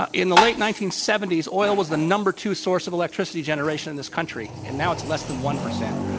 ah in the late nineteen seventy s, oil was the number two source of electricity generation in this country, and now it's less than one percent.